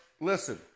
listen